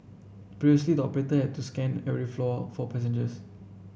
previously the operator had to scan every floor for passengers